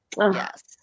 Yes